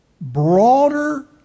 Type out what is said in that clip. broader